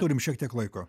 turim šiek tiek laiko